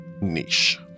niche